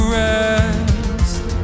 rest